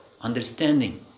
understanding